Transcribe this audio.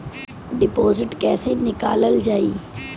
Deposit कैसे निकालल जाइ?